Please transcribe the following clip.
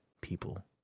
people